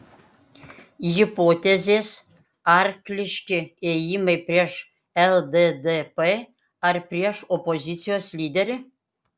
hipotezės arkliški ėjimai prieš lddp ar prieš opozicijos lyderį